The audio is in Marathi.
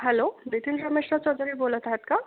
हॅलो बिपीन श्रमेश्वर चौधरी बोलत आहेत का